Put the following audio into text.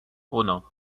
uno